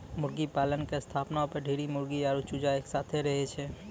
मुर्गीपालन के स्थानो पर ढेरी मुर्गी आरु चूजा एक साथै रहै छै